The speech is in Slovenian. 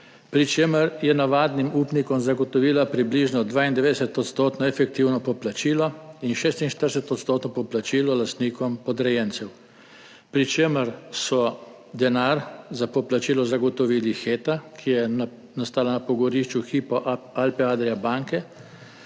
pri čemer je navadnim upnikom zagotovila približno 22-odstotno efektivno poplačilo in 46-odstotno poplačilo lastnikom podrejencev, pri čemer je denar za poplačilo zagotovila Heta, ki je nastala na pogorišču banke Hypo Alpe Adria,